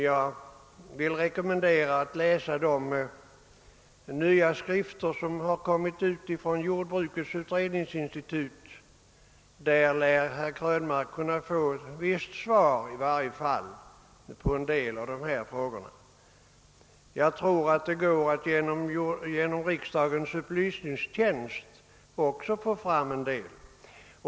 Jag rekommenderar honom att läsa de nya skrifter som Jordbrukets utredningsinstitut har utgett. I dessa lär herr Krönmark i varje fall till viss del få svar på sina frågor. Jag tror att det också går att få fram en del genom riksdagens upplysningstjänst.